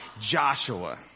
Joshua